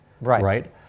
Right